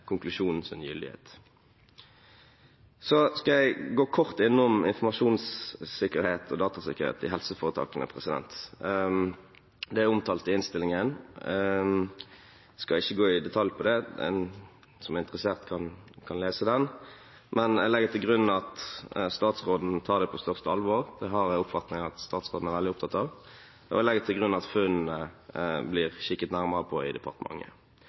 helseforetakene. Det er omtalt i innstillingen – jeg skal ikke gå i detalj på det; den som er interessert, kan lese den. Men jeg legger til grunn at statsråden tar det på største alvor, og det er det min oppfatning at statsråden er veldig opptatt av. Jeg legger også til grunn at funnene blir sett nærmere på i departementet.